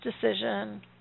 decision